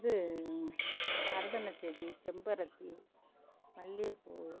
இது மருதாணச்செடி செம்பருத்தி மல்லிகைப்பூ